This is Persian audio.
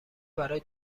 برای